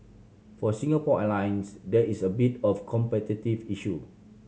for Singapore Airlines there is a bit of a competitive issue